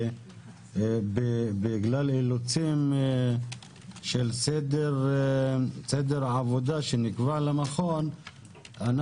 שבגלל אילוצים של סדר עבודה שנקבע למכון,